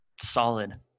solid